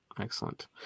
Excellent